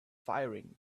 firing